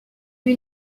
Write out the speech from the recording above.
lui